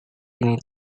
ini